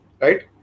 Right